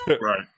Right